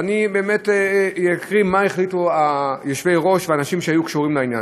ואני אקריא מה החליטו יושבי-הראש והאנשים שהיו קשורים לעניין.